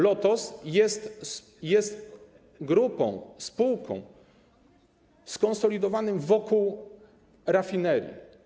Lotos jest grupą, spółką skonsolidowaną wokół rafinerii.